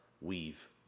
Weave